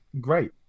Great